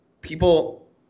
people